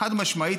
חד-משמעית,